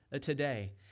today